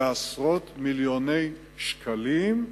זה עשרות מיליוני שקלים.